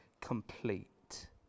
complete